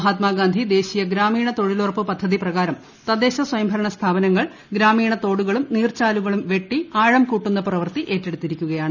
മഹാത്മാഗാന്ധി ദേശീയ്ത്ര്യാമീണ തൊഴിലുറപ്പ് പദ്ധതി പ്രകാരം തദ്ദേശ സ്വയംഭരണീ പ്പ് സ്ഥപാനങ്ങൾ ഗ്രാമീണ തോടുകളും നീർചാലുകളും വെട്ടി ആഴം കൂട്ടുന്ന പ്രവർത്തി ഏറ്റെടുത്തിയിരിക്കുകയാണ്